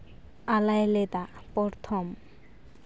ᱟᱞᱟᱭ ᱞᱮᱫᱟ ᱯᱨᱚᱛᱷᱚᱢ